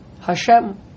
Hashem